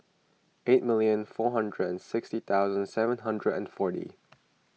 eight million four hundred and six thousand seven hundred and forty